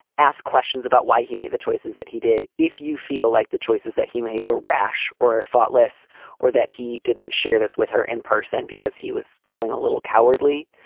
ask questions about why he made the choices that he did. if you feel like the choices that he made were rash or thoughtless or that he didn't share this with her in person because he was feeling a little cowardly,